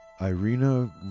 Irina